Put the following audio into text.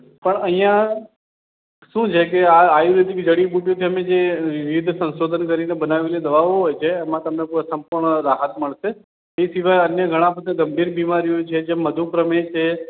પણ અહીંયા શું છે કે આ આયુર્વેદિક જડીબુટ્ટીઓથી અમે જે રીતે સંશોધન કરીને બનાવેલી દવાઓ હોય છે એમાં તમને સંપૂર્ણ રાહત મળશે એ સિવાય ઘણી બધી ગંભીર બીમારીઓ છે જેમ મધુપ્રમેહ છે